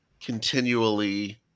continually